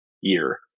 year